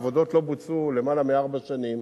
העבודות לא בוצעו למעלה מארבע שנים,